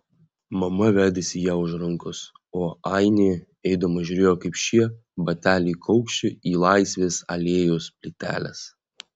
mama vedėsi ją už rankos o ainė eidama žiūrėjo kaip šie bateliai kaukši į laisvės alėjos plyteles